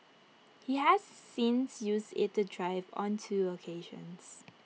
he has since used IT to drive on two occasions